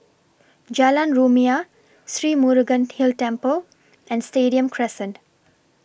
Jalan Rumia Sri Murugan Hill Temple and Stadium Crescent